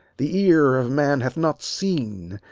the ear of man hath not seen,